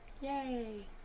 Yay